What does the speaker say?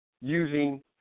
using